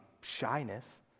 shyness